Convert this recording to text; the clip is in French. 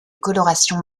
coloration